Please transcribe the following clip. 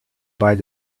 bye